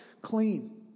clean